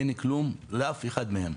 אין כלום לאף אחד מהם.